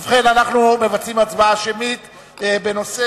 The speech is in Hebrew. ובכן, אנו מבצעים הצבעה שמית בנושא